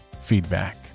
feedback